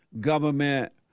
government